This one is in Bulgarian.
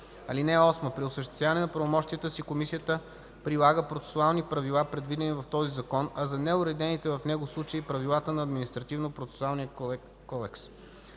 ал. 1. (8) При осъществяване на правомощията си комисията прилага процесуалните правила, предвидени в този закон, а за неуредените в него случаи - правилата на Административнопроцесуалния кодекс.